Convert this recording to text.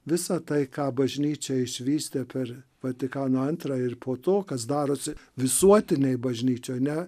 visa tai ką bažnyčia išvystė per vatikano antrą ir po to kas darosi visuotinėj bažnyčioj ne